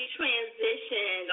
transition